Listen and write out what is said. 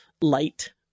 light